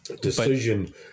decision